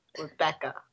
Rebecca